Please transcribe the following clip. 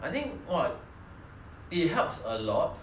especially for those err 可能没有这样